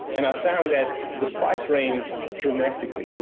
and i found that the price ranged dramatically,